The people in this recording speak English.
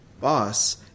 boss